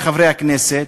חברי חברי הכנסת,